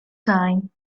time